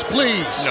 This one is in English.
Please